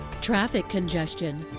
traffic congestion,